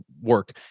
work